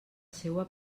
seua